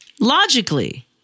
logically